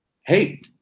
Hey